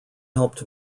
helped